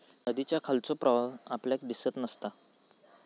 नदीच्या खालचो प्रवाह आपल्याक दिसत नसता